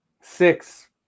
Six